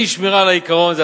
אי-שמירה על העיקרון הזה,